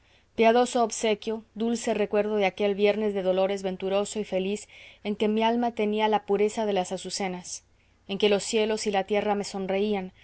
piadoso obsequio dulce recuerdo de aquel viernes de dolores venturoso y feliz en que mi alma tenía la pureza de las azucenas en que los cielos y la tierra me sonreían